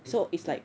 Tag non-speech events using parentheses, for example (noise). (coughs)